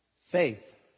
Faith